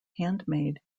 handmade